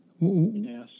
Yes